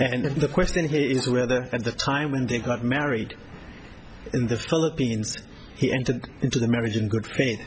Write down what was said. and the question here is whether at the time when they got married in the philippines he entered into the marriage in good faith